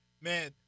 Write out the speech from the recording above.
man